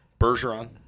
Bergeron